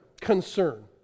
concern